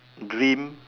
dream